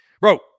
bro